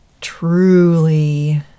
truly